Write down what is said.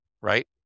right